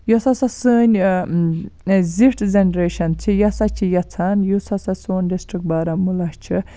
یۄس ہَسا سٲنٛۍ زِٹھ جَنریشَن چھِ یہِ ہَسا چھِ یَژھان یُس ہَسا سون ڈِسٹرک بارہمولہ چھُ